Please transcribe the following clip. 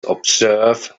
observe